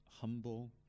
humble